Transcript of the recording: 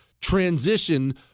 transition